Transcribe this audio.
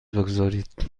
بگذارید